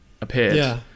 appeared